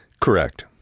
Correct